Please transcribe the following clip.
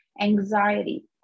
anxiety